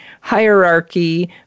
hierarchy